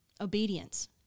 obedience